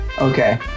Okay